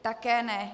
Také ne.